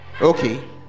okay